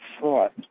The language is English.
thought